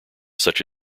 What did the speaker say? such